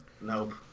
Nope